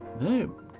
no